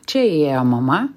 čia įėjo mama